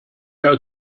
how